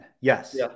Yes